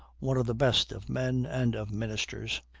one of the best of men and of ministers,